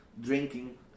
drinking